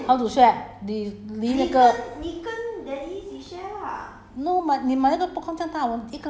don't know lah but 就不可以 share popcorn orh how to share 你离那个